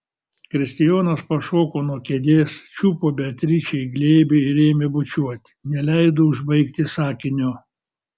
kristijonas pašoko nuo kėdės čiupo beatričę į glėbį ir ėmė bučiuoti neleido užbaigti sakinio